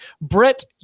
Brett